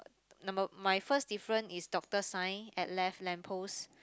number my first difference is doctor sign at left lamp post